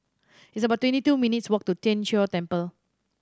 it's about twenty two minutes' walk to Tien Chor Temple